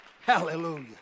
Hallelujah